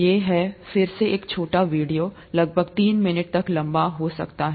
ये है फिर से एक छोटा वीडियो लगभग तीन मिनट तक लंबा हो सकता है